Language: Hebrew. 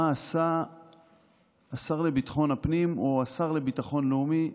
מה עשה השר לביטחון הפנים או השר לביטחון לאומי.